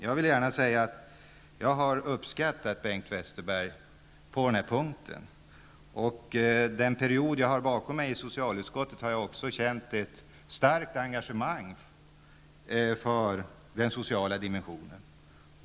Jag har uppskattat det Bengt Westerberg har sagt på den här punkten, och under den period som jag har varit med i socialutskottet har jag känt ett starkt engagemang för den sociala dimensionen.